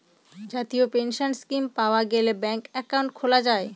জাতীয় pension scheme পাওয়া গেলে ব্যাঙ্কে একাউন্ট খোলা যায়